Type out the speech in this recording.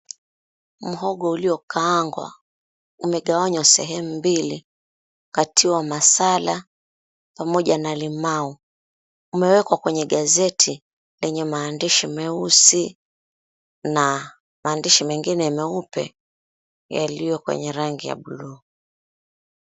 Muhogo uliokaangwa umegawanywa sehemu mbili, ukatiwa masala, pamoja na limau. Umewekwa kwenye gazeti lenye maandishi meusi na maandishi mengine meupe yaliyo kwenye rangi ya bluu.